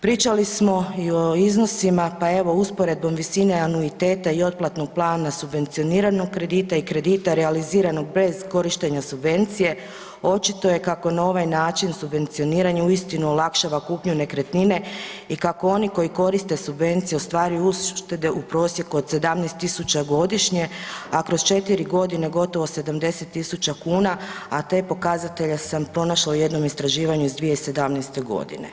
Pričali smo i o iznosima, pa evo usporedbom visine anuiteta i otplatnog plana subvencioniranog kredita i kredita realiziranog bez korištenja subvencije očito je kako na ovaj način subvencioniranje uistinu olakšava kupnju nekretnine i kako oni koji koriste subvencije ostvaruju uštede u prosjeku od 17 tisuća godišnje, a kroz 4 godine gotovo 70 tisuća kuna, a te pokazatelje sam pronašla u jednom istraživanju iz 2017. godine.